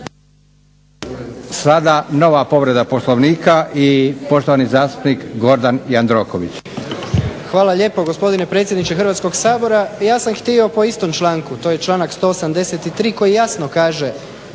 Sada nova povreda Poslovnika i poštovani zastupnik Gordan Jandroković. **Jandroković, Gordan (HDZ)** Hvala lijepo gospodine predsjedniče Hrvatskoga sabora, ja sam htio po istom članku, to je članak 183. koji jasno kaže: